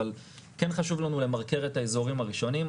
אבל כן חשוב לנו למרקר את האזורים הראשונים.